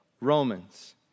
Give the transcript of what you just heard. Romans